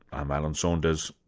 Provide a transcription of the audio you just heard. i'm alan saunders,